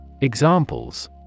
Examples